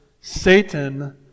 Satan